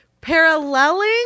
Paralleling